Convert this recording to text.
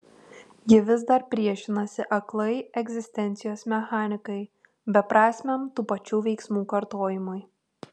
ji vis dar priešinasi aklai egzistencijos mechanikai beprasmiam tų pačių veiksmų kartojimui